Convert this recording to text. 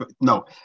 No